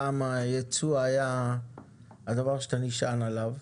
פעם הייצוא היה הדבר שאתה נשען עליו,